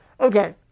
Okay